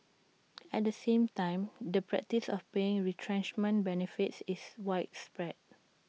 at the same time the practice of paying retrenchment benefits is widespread